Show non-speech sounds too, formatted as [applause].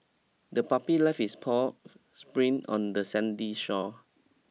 the puppy left its paw [noise] spring on the sandy shore